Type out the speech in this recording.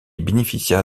bénéficia